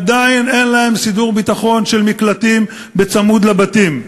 עדיין אין להן סידור ביטחון של מקלטים בצמוד לבתים.